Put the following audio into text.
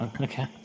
Okay